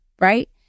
right